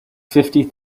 fifty